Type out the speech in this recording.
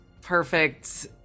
perfect